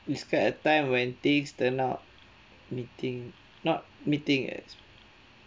describe a time when things turn out let me think not let me think is